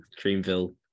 Dreamville